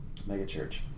megachurch